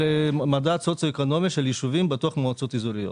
של מדד סוציואקונומי של ישובים בתוך מועצות אזוריות.